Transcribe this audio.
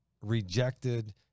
Rejected